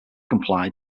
comply